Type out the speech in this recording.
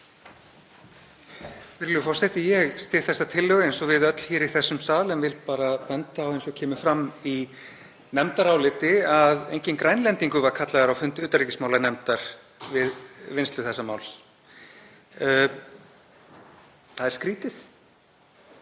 Það er skrýtið